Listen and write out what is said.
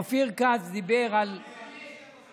אופיר כץ דיבר על, חמש.